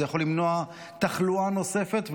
זה יכול למנוע תחלואה נוספת,